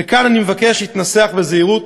וכאן, ואני מבקש להתנסח בזהירות: